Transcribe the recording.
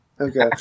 Okay